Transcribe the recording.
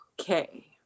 Okay